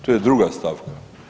To je druga stavka.